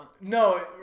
No